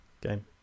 game